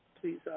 Please